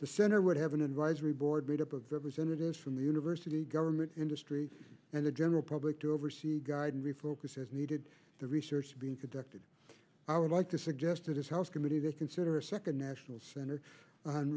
the center would have an advisory board made up of visitors from the university government industry and the general public to oversee guide and refocus as needed the research being conducted i would like to suggest it is house committee to consider a second national center on